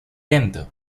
lento